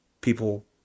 people